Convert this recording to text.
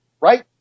right